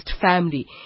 family